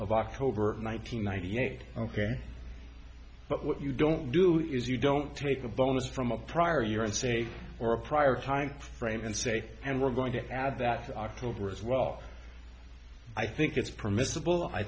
of october one nine hundred ninety eight ok but what you don't do is you don't take a bonus from a prior year and say or a prior time frame and say and we're going to add that october as well i think it's permissible i